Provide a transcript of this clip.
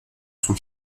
son